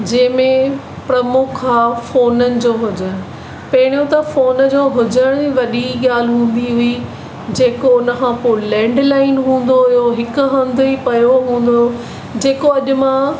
जंहिंमें प्रमुख आहे फ़ोननि जो हुजनि पहिरिंयो त फ़ोन जो हुजनि ई वॾी गाल्हि हूंदी हुइ जेको उनखां पोइ लैंडलाइन हूंदो हुयो हिकु हंधि ई पयो हूंदो हुयो जेको अॼु मां